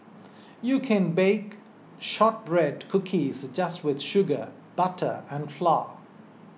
you can bake Shortbread Cookies just with sugar butter and flour